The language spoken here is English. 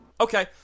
Okay